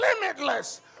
limitless